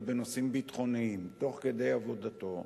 בנושאים ביטחוניים תוך כדי עבודתו,